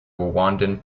rwandan